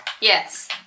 Yes